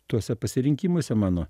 tuose pasirinkimuose mano